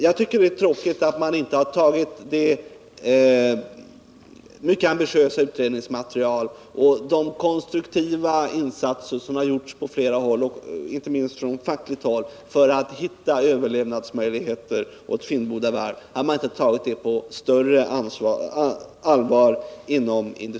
Jag beklagar att man inom industridepartementet inte tagit med större allvar det mycket ambitiösa utredningsmaterial och de konstruktiva insatser som gjorts på flera håll — inte minst på fackligt håll — för att hitta överlevnadsmöjligheter när det gäller Finnboda varv.